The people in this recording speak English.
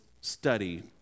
study